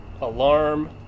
alarm